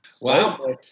Wow